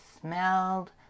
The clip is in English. smelled